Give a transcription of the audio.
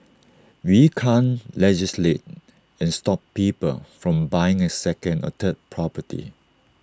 we can't legislate and stop people from buying A second or third property